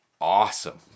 awesome